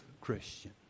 Christian